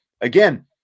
again